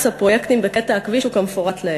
הפרויקטים בקטע הכביש וכמפורט לעיל.